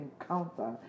encounter